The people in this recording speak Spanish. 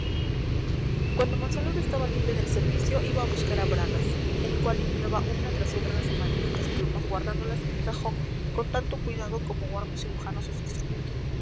cuando monsalud estaba libre del servicio iba a buscar a bragas el cual limpiaba una tras otra las amarillentas plumas guardándolas en el cajón con tanto cuidado como guarda un cirujano sus instrumentos